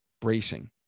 bracing